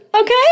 Okay